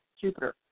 Jupiter